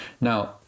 Now